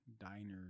diners